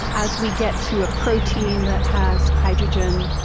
as we get to a protein that has hydrogen,